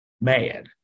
mad